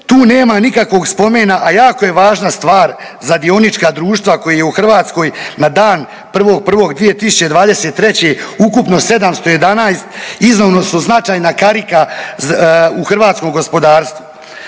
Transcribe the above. tu nema nikakvog spomena, a jako je važna stvar za dionička društva kojih u Hrvatskoj na dan 1.1.2023. ukupno 711 …/Govornik se ne razumije./… značajna karika u hrvatskom gospodarstvu.